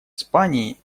испании